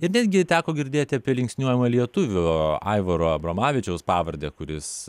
ir netgi teko girdėti apie linksniuojamą lietuvio aivaro abromavičiaus pavardę kuris